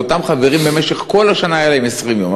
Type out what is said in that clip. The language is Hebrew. ואותם חברים, במשך כל השנה היו להם 20 יום.